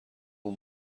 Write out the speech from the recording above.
اون